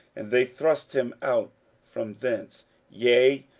and they thrust him out from thence yea,